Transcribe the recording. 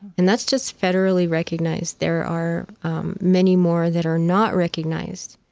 and that's just federally recognized. there are many more that are not recognized,